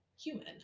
human